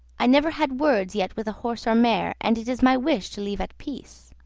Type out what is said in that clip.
i never had words yet with horse or mare, and it is my wish to live at peace.